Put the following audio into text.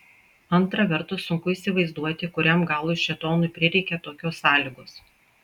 antra vertus sunku įsivaizduoti kuriam galui šėtonui prireikė tokios sąlygos